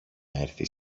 έρθει